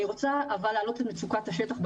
דבר אחרון, אני רוצה להעלות את מצוקת השטח.